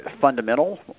fundamental